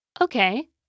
Okay